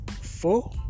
Four